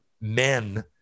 men